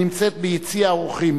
הנמצאת ביציע האורחים.